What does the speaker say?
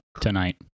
tonight